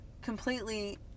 completely